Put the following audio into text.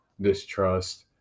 distrust